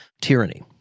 tyranny